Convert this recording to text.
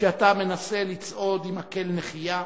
כשאתה מנסה לצעוד עם מקל נחייה